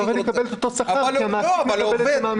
אבל העובד יקבל את אותו שכר כי המעסיק מקבל את זה מהמדינה.